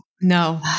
no